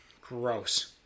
gross